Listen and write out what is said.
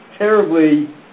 Terribly